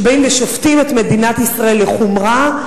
שבאים ושופטים את מדינת ישראל לחומרה.